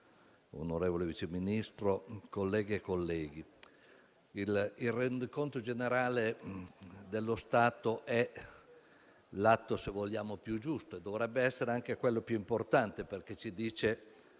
onorevole Vice Ministro, colleghe e colleghi, il rendiconto generale dello Stato è l'atto più giusto e dovrebbe essere anche quello più importante perché ci dice